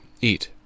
Eat